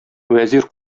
вәзир